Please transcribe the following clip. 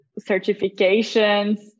certifications